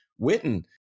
Witten